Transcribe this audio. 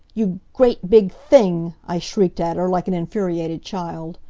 you great big thing! i shrieked at her, like an infuriated child.